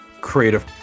creative